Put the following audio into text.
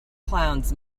clowns